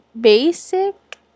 Basic